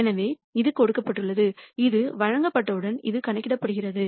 எனவே இது கொடுக்கப்பட்டுள்ளது இது வழங்கப்பட்டவுடன் இது கணக்கிடப்படுகிறது